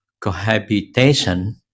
cohabitation